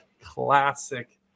classic